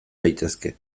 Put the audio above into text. daitezke